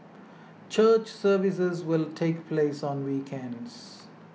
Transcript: church services will take place on weekends